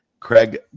Craig